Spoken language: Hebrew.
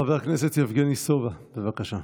חבר הכנסת יבגני סובה, בבקשה.